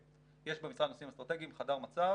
כן, יש במשרד לנושאים אסטרטגיים חדר מצ"ב